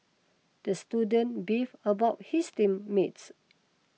the student beef about his team mates